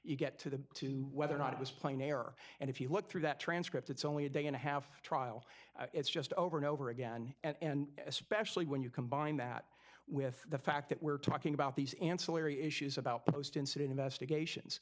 you get to the to whether or not it was plain error and if you look through that transcript it's only a day and a half trial it's just over and over again and especially when you combine that with the fact that we're talking about these ancillary issues about the post incident investigations